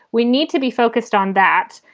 we need to be focused on that.